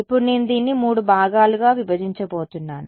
ఇప్పుడు నేను దీన్ని 3 భాగాలుగా విభజించబోతున్నాను